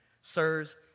sirs